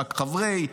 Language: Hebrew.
רק "חברי",